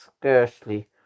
scarcely